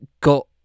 got